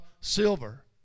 silver